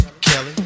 Kelly